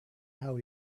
how